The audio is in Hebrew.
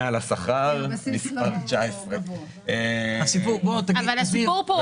על השכר מספר 19. אבל הסיפור פה הוא התוספות.